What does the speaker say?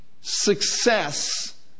success